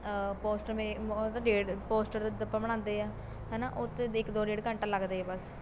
poster ਮੇ ਉਹਦਾ ਡੇਢ ਪੋਸਟਰ ਜਿੱਦਾਂ ਆਪਾਂ ਬਣਾਉਂਦੇ ਆ ਹੈ ਨਾ ਉਹਤੇ ਦੇ ਇੱਕ ਦੋ ਡੇਢ ਘੰਟਾ ਲੱਗਦਾ ਹੀ ਆ ਬਸ